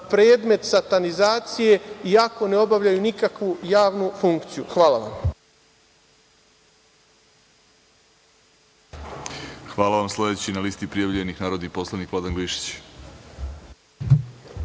predmet satanizacije, iako ne obavljaju nikakvu javnu funkciju. Hvala vam. **Vladimir Orlić** Hvala vam. Sledeći na listi prijavljenih, narodni poslanik Vladan Glišić.